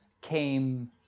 came